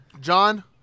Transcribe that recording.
John